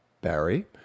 barry